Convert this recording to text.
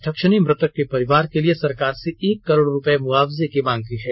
अध्यक्ष ने मृतक के परिवार के लिए सरकार से एक करोड़ रुपये मुआवजे की मांग की है